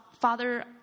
father